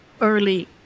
early